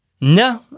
No